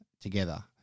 together